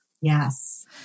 Yes